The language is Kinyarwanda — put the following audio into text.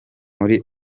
muri